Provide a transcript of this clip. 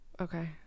okay